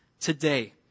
today